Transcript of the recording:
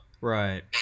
right